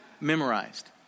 memorized